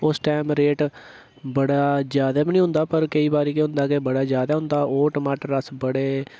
उस time rate बड़ा जादै बी निं होंदा पर केईं बारी केह् होंदा की बड़ा जादै होंदा ओह् टमाटर अस बड़े